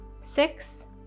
six